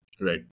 Right